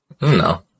No